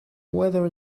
weather